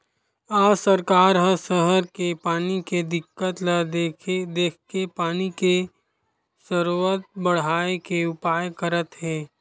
आज सरकार ह सहर के पानी के दिक्कत ल देखके पानी के सरोत बड़हाए के उपाय करत हे